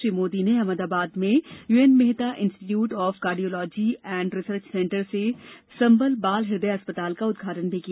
श्री मोदी ने अहमदाबाद में UN Mehta institute of cardiology and research centre से संबध बाल हृदय अस्पताल का उद्घाटन भी किया